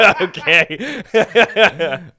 Okay